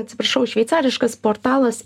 atsiprašau šveicariškas portalas